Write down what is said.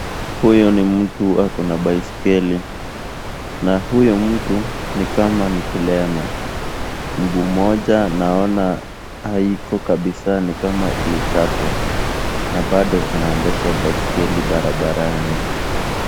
Huyu ni mtu ako na baiskeli na huyu mtu nikama ni kilema. Mguu mmoja naona haiko kabisa ni kama ilikatwa. Na bado anaendesha baiskeli barabarani.